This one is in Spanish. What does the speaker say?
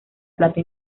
plata